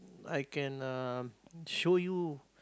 I can uh show you